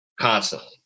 constantly